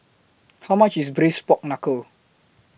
How much IS Braised Pork Knuckle